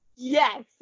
yes